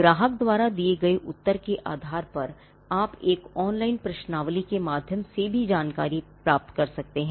ग्राहक द्वारा दिए गए उत्तर के आधार पर आप एक ऑनलाइन प्रश्नावली के माध्यम से भी अपनी जानकारी प्राप्त कर सकते हैं